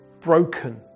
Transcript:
Broken